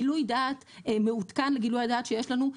גילוי דעת מעודכן לגילוי הדעת שיש לנו,